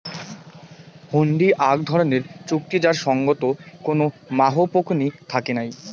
হুন্ডি আক ধরণের চুক্তি যার সঙ্গত কোনো মাহও পকনী থাকে নাই